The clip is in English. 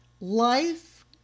Life